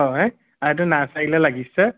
হয় এইটো নাৰ্চাৰীলৈ লাগিছে